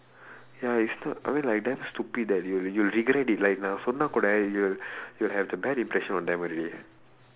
ya it's not I mean like damn stupid eh they'll regret it like நான் சொன்னாக்கூடே:naan sonnaakkuudee you will have the bad impression of them already